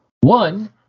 one